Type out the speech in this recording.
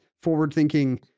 forward-thinking